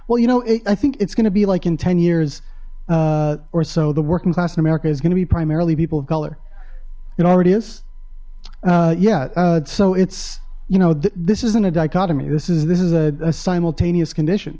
well you know i think it's gonna be like in ten years or so the working class in america is going to be primarily people of color it already is yeah so it's you know this isn't a dichotomy this is this is a simultaneous condition